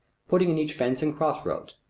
putting in each fence and cross-roads.